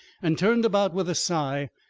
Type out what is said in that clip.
and turned about with a sigh,